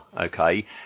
okay